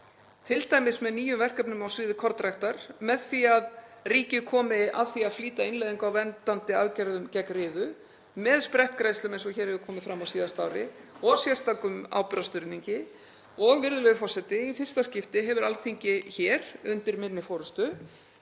t.d. með nýjum verkefnum á sviði kornræktar, með því að ríkið komi að því að flýta innleiðingu á verndandi aðgerðum gegn riðu, með sprettgreiðslum eins og hér hefur komið fram á síðasta ári og sérstökum áburðarstuðningi. Og, virðulegur forseti, í fyrsta skipti hefur Alþingi hér undir minni forystu